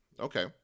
okay